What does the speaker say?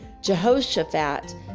Jehoshaphat